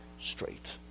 straight